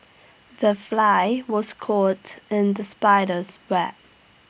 the fly was caught in the spider's web